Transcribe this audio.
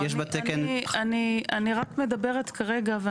אני רק מדברת כרגע,